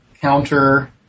counter